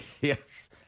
yes